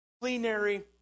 plenary